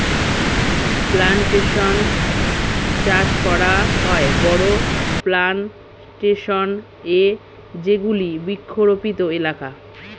plantation চাষ করা হয় বড়ো প্লানটেশন এ যেগুলি বৃক্ষরোপিত এলাকা